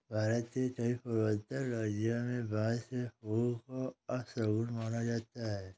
भारत के कई पूर्वोत्तर राज्यों में बांस के फूल को अपशगुन माना जाता है